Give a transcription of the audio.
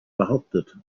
behauptet